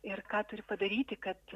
ir ką turi padaryti kad